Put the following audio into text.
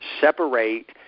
separate –